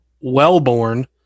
Wellborn